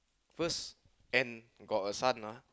first and got a son ah